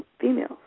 females